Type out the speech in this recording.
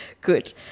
Good